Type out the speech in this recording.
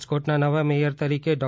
રાજકોટના નવા મેયર તરીકે ડો